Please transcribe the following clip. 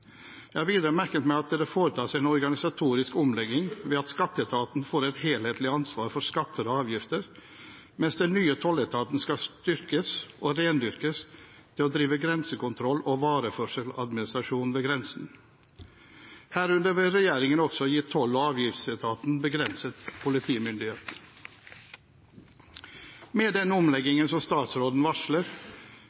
Jeg har videre merket meg at det foretas en organisatorisk omlegging ved at skatteetaten får et helhetlig ansvar for skatter og avgifter, mens den nye tolletaten skal styrkes og rendyrkes til å drive grensekontroll og vareførseladministrasjon ved grensen. Herunder vil regjeringen også gi Toll- og avgiftsetaten begrenset politimyndighet. Med den